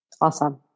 awesome